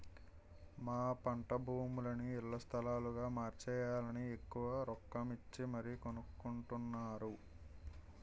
మా పంటభూములని ఇళ్ల స్థలాలుగా మార్చేయాలని ఎక్కువ రొక్కమిచ్చి మరీ కొనుక్కొంటున్నారు